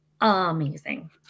amazing